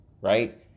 right